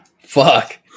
Fuck